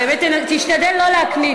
באמת תשתדל לא להקניט,